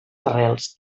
arrels